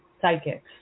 psychics